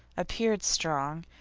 appeared strong,